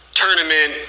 tournament